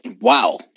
Wow